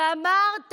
ואמרת,